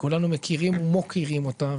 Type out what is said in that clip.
שכולנו מכירים ומוקירים אותה,